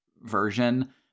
version